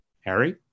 Harry